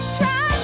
try